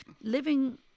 Living